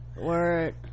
word